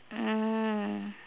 mm